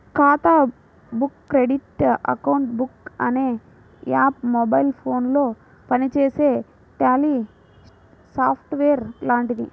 ఖాతా book credit account book అనే app mobile ఫోనులో పనిచేసే ట్యాలీ సాఫ్ట్ వేర్ లాంటిది